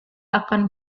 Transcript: akan